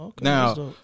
Now